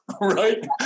right